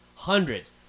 Hundreds